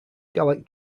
gallic